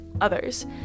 others